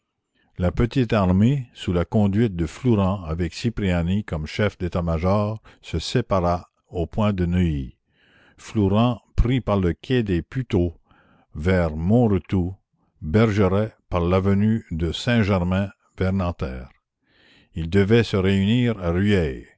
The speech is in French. la petite armée sous la conduite de flourens avec cipriani comme chef d'état-major se sépara au pont de neuilly flourens prit par le quai de puteaux vers montretout bergeret par la commune l'avenue de saint-germain vers nanterre ils devaient se réunir à